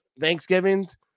Thanksgivings